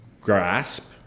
grasp